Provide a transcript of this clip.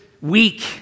weak